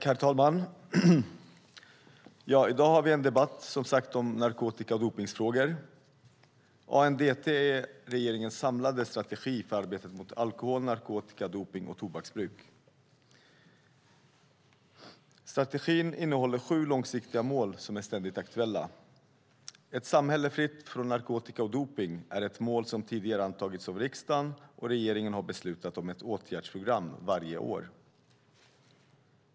Herr talman! I dag har vi som sagt en debatt om narkotika och dopningsfrågor. ANDT är regeringens samlade strategi för arbetet mot alkohol, narkotika, dopning och tobaksbruk. Strategin innehåller sju långsiktiga mål som är ständigt aktuella. Ett samhälle fritt från narkotika och dopning är ett mål som tidigare antagits av riksdagen, och regeringen har beslutat om ett åtgärdsprogram varje år.